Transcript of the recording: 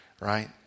right